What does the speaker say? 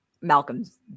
Malcolm's